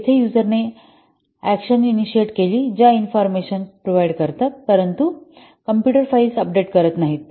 येथे यूजरने action initiate केली ज्या इन्फॉर्मेशन प्रदान करतात परंतु कॉम्प्युटर फाइल्स अपडेट करीत नाहीत